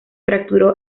fracturó